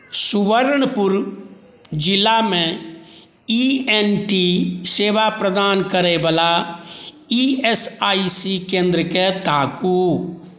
सुबर्णपुर जिलामे E N T सेवा प्रदान करै बला ई एस आई सी केन्द्रके ताकू